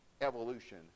evolution